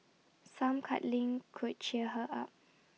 some cuddling could cheer her up